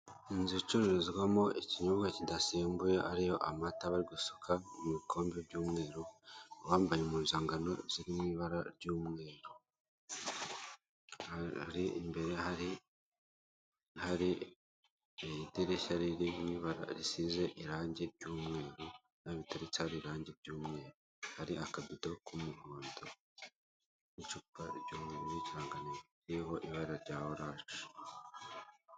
Inzu icururizwamo ikinyobwa kidasembuye ariyo amata bari gusuka mu bikombe by'umweru uwambaye impuzankano ziri mu ibara ry'umweru hari imbere hari idirishya risize irange ry'umweru biteretseho ari irange umweru hari akabido k'umuhondo, n'icupa ry'umweru, n'ikirangantego kiriho ibara rya oranje.